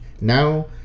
now